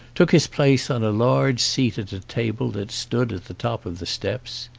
took his place on a large seat at a table that stood at the top of the steps.